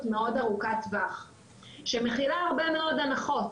מאוד ארוכת טווח שמכילה הרבה מאוד הנחות,